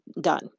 done